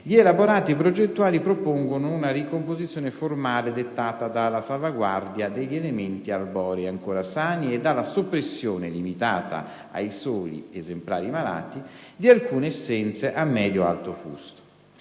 gli elaborati progettuali propongono una ricomposizione formale dettata dalla salvaguardia degli elementi arborei ancora sani e dalla soppressione, limitata ai soli esemplari malati di alcune essenze a medio e alto fusto.